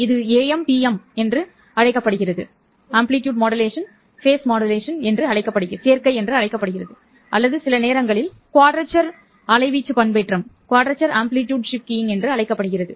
இது AM PM சேர்க்கை என்று அழைக்கப்படுகிறது அல்லது சில நேரங்களில் குவாட்ரேச்சர் அலைவீச்சு பண்பேற்றம் என அழைக்கப்படுகிறது